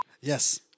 Yes